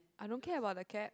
I don't care about the cap